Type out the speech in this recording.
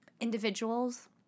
individuals